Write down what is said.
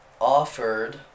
offered